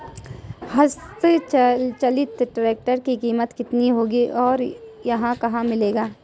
हस्त चलित ट्रैक्टर की कीमत कितनी होगी और यह कहाँ मिलेगा?